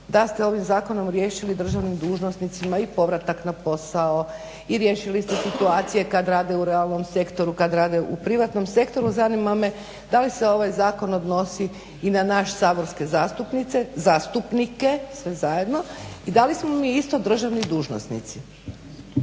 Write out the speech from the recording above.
da ste ovim Zakonom riješili državnim dužnosnicima i povratak na posao i riješili ste situacije kad rade u realnom sektoru, kad rade u privatnom sektoru. Zanima me da li se ovaj Zakon odnosi i na nas saborske zastupnice, zastupnike sve zajedno i da li smo i mi isto državni dužnosnici?